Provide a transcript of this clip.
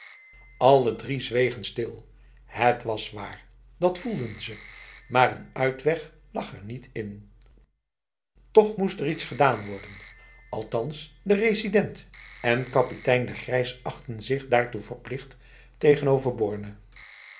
alledrie zwegen stil het was waar dat voelden ze maar een uitweg lag er niet inl toch moest er iets gedaan worden althans de resident en kapitein de grijs achtten zich daartoe verplicht tegenover borne